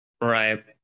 Right